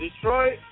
Detroit